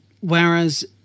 whereas